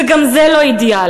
וגם זה לא אידיאל.